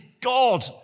God